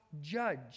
judge